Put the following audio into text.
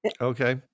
Okay